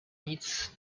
nic